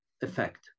effect